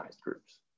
groups